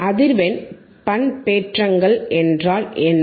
அதிர்வெண் பண்பேற்றங்கள் என்றால் என்ன